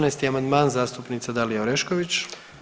14. amandman zastupnica Dalija Orešković.